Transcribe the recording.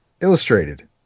illustrated